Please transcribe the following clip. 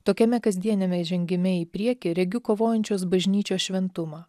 tokiame kasdieniame įžengime į priekį regiu kovojančios bažnyčios šventumą